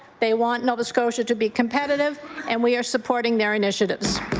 they want nova scotia to be competitive and we are supporting their initiatives.